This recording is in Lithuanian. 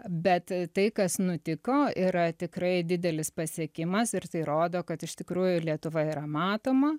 bet tai kas nutiko yra tikrai didelis pasiekimas ir tai rodo kad iš tikrųjų lietuva yra matoma